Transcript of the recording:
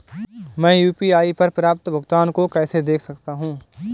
मैं यू.पी.आई पर प्राप्त भुगतान को कैसे देख सकता हूं?